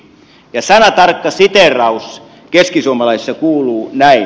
sanatarkka siteeraus keskisuomalaisesta kuuluu näin